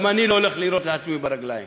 גם אני לא הולך לירות לעצמי ברגליים,